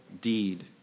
deed